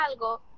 algo